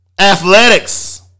Athletics